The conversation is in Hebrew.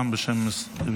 אבל בשם הממשלה.